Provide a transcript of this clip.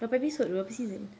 berapa episode berapa season